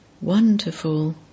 Wonderful